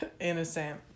innocent